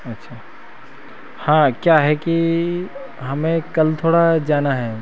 अच्छा हाँ क्या है कि हमें कल थोड़ा जाना है